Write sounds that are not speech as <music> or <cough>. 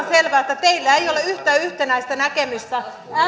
<unintelligible> selvää että teillä ei ole yhtä yhtenäistä näkemystä